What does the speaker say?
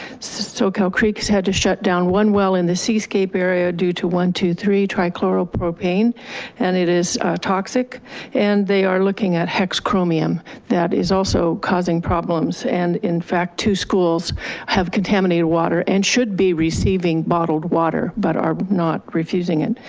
socal creek has had to shut down one well in the seascape area due to one zero two zero three trichloropropane and it is toxic and they are looking at hexchromium that is also causing problems and in fact two schools have contaminated water and should be receiving bottled water but are not refusing it.